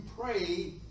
pray